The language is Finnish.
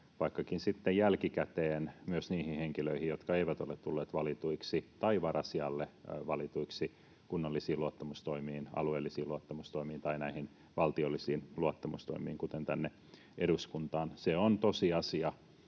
vaikkakin sitten jälkikäteen, myös niihin henkilöihin, jotka eivät ole tulleet valituiksi tai varasijalle valituiksi kunnallisiin luottamustoimiin, alueellisiin luottamustoimiin tai näihin valtiollisiin luottamustoimiin, kuten tänne eduskuntaan. Se on tosiasia,